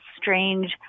strange